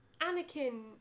Anakin